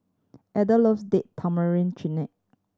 Elden loves Date Tamarind Chutney